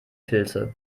pilze